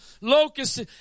locusts